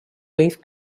leaf